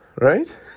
right